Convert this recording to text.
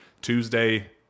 Tuesday